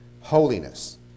holiness